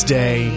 day